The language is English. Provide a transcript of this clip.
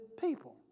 people